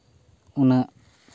ᱩᱱᱟᱹᱜ